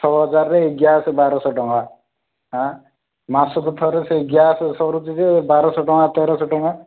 ଛଅ ହଜାରରେ ଗ୍ୟାସ୍ ବାରଶହ ଟଙ୍କା ହଁ ମାସକୁ ଥରେ ସେ ଗ୍ୟାସ୍ ସରୁଛି ଯେ ବାରଶହ ଟଙ୍କା ତେରଶହ ଟଙ୍କା